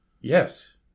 Yes